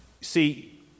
See